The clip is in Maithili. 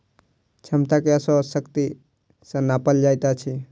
क्षमता के अश्व शक्ति सॅ नापल जाइत अछि